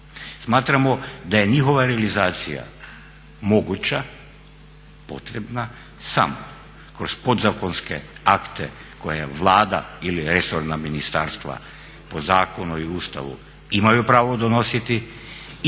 Smatramo da je njihova realizacija moguća, potrebna samo kroz podzakonske akte koje Vlada ili resorna ministarstva po zakonu i Ustavu imaju pravo donositi